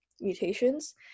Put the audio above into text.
mutations